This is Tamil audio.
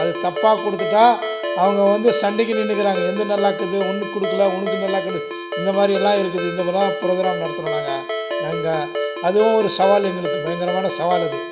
அது தப்பாக கொடுத்துட்டா அவங்க வந்து சண்டைக்கு நின்றுக்குறாங்க என்னுது நல்லாருக்குது உனக்கு கொடுக்கல உனக்கு நல்லாருக்குது இந்த மாதிரியல்லாம் இருக்குது இந்த மாதிரிலாம் ப்ரோக்ராம் நடத்துகிறோம் நாங்கள் நாங்கள் அதுவும் ஒரு சவால் எங்களுக்கு பயங்கரமான சவால் அது